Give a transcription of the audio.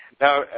Now